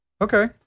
Okay